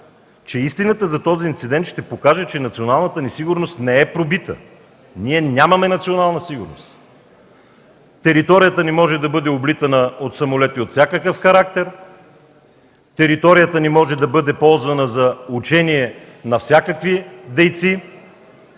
че истината за него ще покаже, че националната ни сигурност е пробита. Ние нямаме национална сигурност! Територията ни може да бъде облитана от самолети от всякакъв характер, територията ни може да бъде ползвана за учение на всякакви дейци.